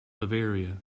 bavaria